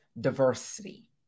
diversity